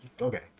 Okay